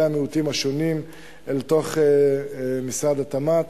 המיעוטים השונים אל תוך משרד התמ"ת.